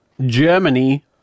Germany